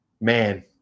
man